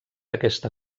aquesta